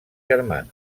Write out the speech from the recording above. germans